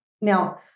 Now